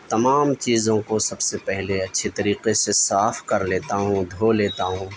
تمام چیزوں کو سب سے پہلے اچھی طریقے سے صاف کر لیتا ہوں دھو لیتا ہوں